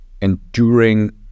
enduring